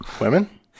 Women